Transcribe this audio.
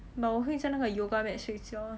but 我会在那个 yoga mat 睡觉 ah